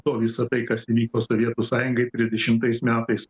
to visa tai kas vyko sovietų sąjungai trisdešimtais metais